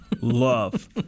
love